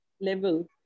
level